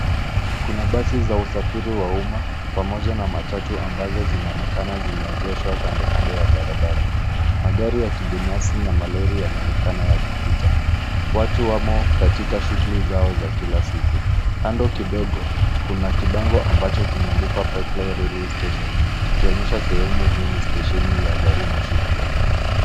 Kuna basi za usafiri wa uma pamoja na matatu ambazo zinaonekana zimeegeshwa kando kando ya barabara magari ya kibinafsi na malori yanaonekana yakipita. Watu wamo katika shughuli zao za kila siku. Kando kidogo kuna kibango ambacho kimeandikwa Pipeline railway station kikionyesha sehemu hii ni stesheni ya gari moshi pia.